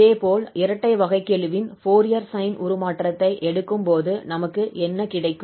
இதேபோல் இரட்டை வகைக்கெழுவின் ஃபோரியர் சைன் உருமாற்றத்தை எடுக்கும்போது நமக்கு என்ன கிடைக்கும்